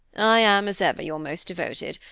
i am, as ever, your most devoted.